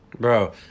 Bro